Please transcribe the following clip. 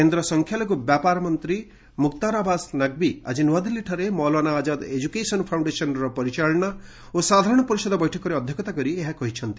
କେନ୍ଦ୍ର ସଂଖ୍ୟାଲଘୁ ବ୍ୟାପାରମନ୍ତ୍ରୀ ମୁକ୍ତାର ଆବାସ ନକ୍ଭି ଆଜି ନୂଆଦିଲ୍ଲୀଠାରେ ମୌଲାନ ଆଜାଦ୍ ଏକ୍କୁକେଶନ ଫାଉଶ୍ଡେସନର ପରିଚାଳନା ଓ ସାଧାରଣ ପରିଷଦ ବୈଠକରେ ଅଧ୍ୟକ୍ଷତା କରି ଏହା କହିଛନ୍ତି